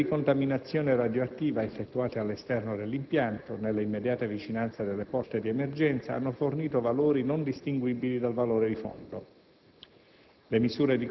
Le misure di contaminazione radioattiva effettuate all'esterno impianto nelle immediate vicinanze delle porte di emergenza hanno fornito valori non distinguibili dal valore di fondo.